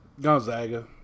Gonzaga